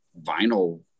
vinyl